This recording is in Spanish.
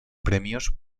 premios